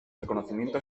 reconocimiento